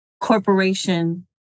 corporation